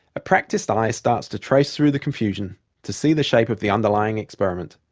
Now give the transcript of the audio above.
a practiced eye starts to trace through the confusion to see the shape of the underlying experiment.